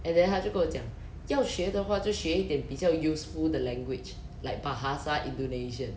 and then 他就跟我讲要学的话就学一点比较 useful 的 language like bahasa indonesian